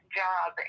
job